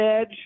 edge